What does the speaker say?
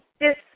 Yes